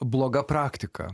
bloga praktika